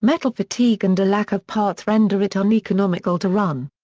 but fatigue and a lack of parts render it uneconomical to run.